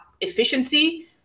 efficiency